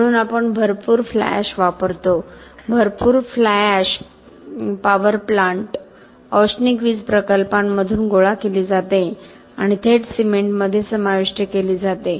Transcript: म्हणून आपण भरपूर फ्लाय एश वापरतो भरपूर फ्लाय एश पॉवर प्लांट औष्णिक वीज प्रकल्पांमधून गोळा केली जाते आणि थेट सिमेंटमध्ये समाविष्ट केली जाते